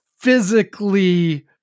physically